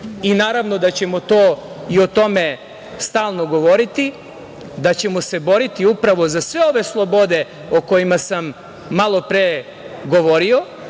godine. Naravno da ćemo to i o tome stalno govoriti, da ćemo se boriti upravo za sve ove slobode o kojima sam malopre govorio,